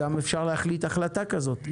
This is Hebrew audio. גם אפשר להחליט החלטה כזאת,